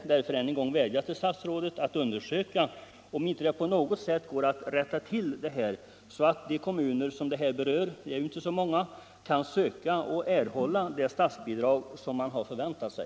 slutligen än en gång vädja till statsrådet att undersöka om det inte på något sätt går att rätta till detta så att de kommuner det berör — det är inte så många — kan söka och erhålla det statsbidrag man förväntat sig.